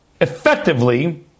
effectively